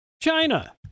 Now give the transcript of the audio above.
China